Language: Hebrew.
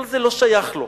כל זה לא שייך לו.